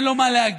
אין לו מה להגיד,